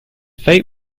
fate